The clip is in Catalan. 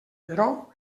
però